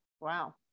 Wow